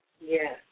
Yes